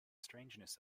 strangeness